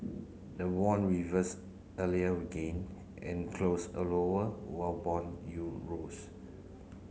the won reversed earlier will gain and close a lower while bond you rose